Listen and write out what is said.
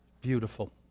beautiful